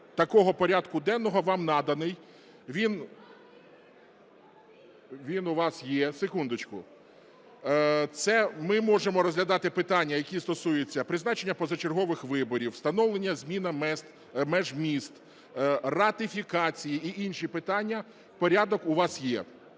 такого порядку денного вам наданий, він у вас є. Секундочку, це ми можемо розглядати питання, які стосуються призначення позачергових виборів, встановлення меж міст, ратифікації і інші питання, порядок у вас є.